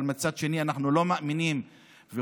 אבל מצד שני אנחנו לא מאמינים וחושבים,